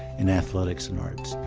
and athletics and arts.